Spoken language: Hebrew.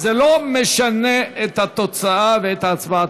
זה לא משנה את התוצאה ואת ההצבעה,